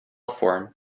form